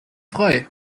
frei